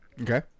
Okay